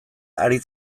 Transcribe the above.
ari